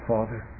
Father